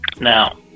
now